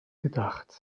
gedacht